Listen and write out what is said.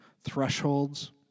thresholds